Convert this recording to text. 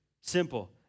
simple